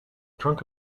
trunk